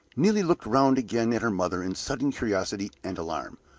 neelie looked round again at her mother in sudden curiosity and alarm.